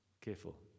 careful